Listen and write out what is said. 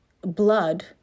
blood